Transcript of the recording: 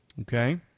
Okay